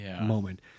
moment